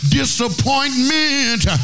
disappointment